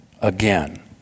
again